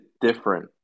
different